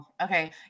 Okay